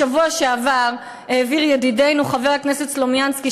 בשבוע שעבר העביר ידידנו חבר הכנסת סלומינסקי,